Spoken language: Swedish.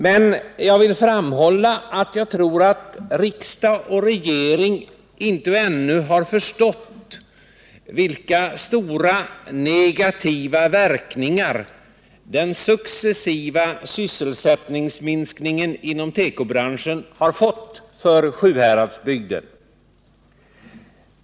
Men jag vill framhålla att jag tror att riksdag och regering ännu inte har förstått vilka stora negativa verkningar den successiva sysselsättningsminskningen inom tekobranschen har fått för Sjuhäradsbygden.